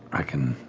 i can,